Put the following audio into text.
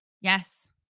Yes